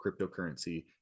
cryptocurrency